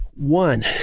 One